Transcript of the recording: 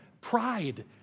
pride